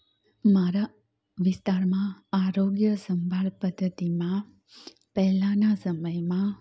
મારા વિસ્તારમાં આરોગ્ય સંભાળ પદ્ધતિમાં પહેલાના સમયમાં